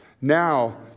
Now